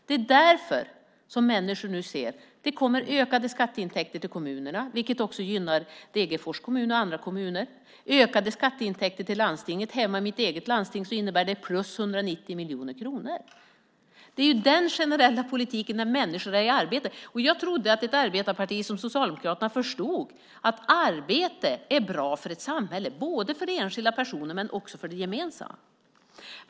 Det är därför som människor nu ser att det kommer ökade skatteintäkter till kommunerna, vilket också gynnar Degerfors kommun. Ökade skatteintäkter till landstinget innebär hemma i mitt eget landsting plus 190 miljoner kronor. Det är den generella politik där människor är i arbete. Jag trodde att ett arbetarparti som Socialdemokraterna förstod att arbete är bra för ett samhälle, både för enskilda personer och för det gemensamma.